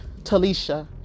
Talisha